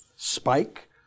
spike